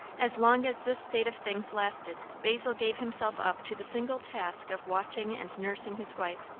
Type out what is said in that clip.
as long as this state of things lasted, basil gave himself up to the single task of watching and nursing his wife.